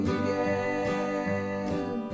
again